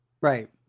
right